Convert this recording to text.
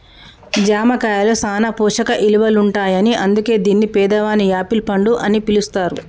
జామ కాయలో సాన పోషక ఇలువలుంటాయని అందుకే దీన్ని పేదవాని యాపిల్ పండు అని పిలుస్తారు